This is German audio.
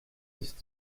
ist